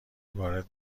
وارد